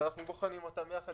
אנחנו בוחנים אותן יחד